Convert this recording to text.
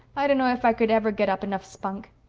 i dunno if i could ever get up enough spunk.